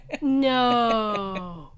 No